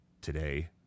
today